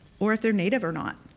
or if they're native or not.